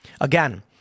Again